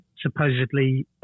supposedly